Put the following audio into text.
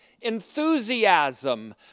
enthusiasm